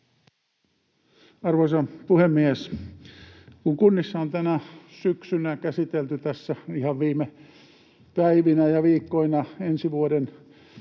Arvoisa puhemies! Kun kunnissa on tänä syksynä käsitelty tässä ihan viime päivinä ja viikkoina ensi vuoden